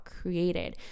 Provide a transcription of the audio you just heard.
created